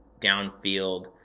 downfield